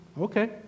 okay